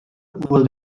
will